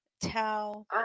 tell